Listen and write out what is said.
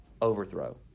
overthrow